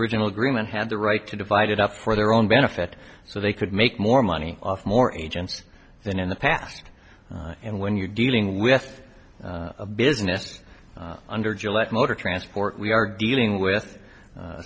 original agreement had the right to divide it up for their own benefit so they could make more money off more agents than in the past and when you're dealing with a business under gillette motor transport we are dealing with